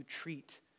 treat